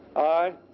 i,